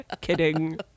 kidding